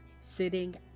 sitting